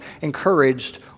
encouraged